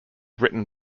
written